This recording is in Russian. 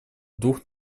двух